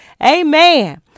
Amen